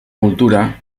cultura